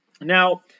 Now